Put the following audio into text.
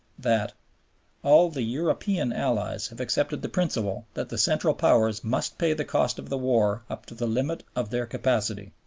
that all the european allies have accepted the principle that the central powers must pay the cost of the war up to the limit of their capacity.